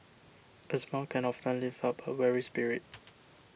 a smile can often lift up a weary spirit